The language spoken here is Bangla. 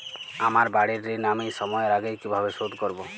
আমার বাড়ীর ঋণ আমি সময়ের আগেই কিভাবে শোধ করবো?